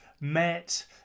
met